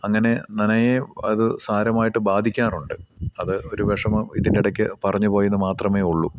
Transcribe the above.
അങ്ങനെ നനയെ അതു സാരമായിട്ട് ബാധിക്കാറുണ്ട് അത് ഒരു വിഷമം ഇതിൻ്റിടയ്ക്ക് പറഞ്ഞു പോയെന്നു മാത്രമേ ഉള്ളു